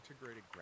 integrated